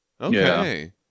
okay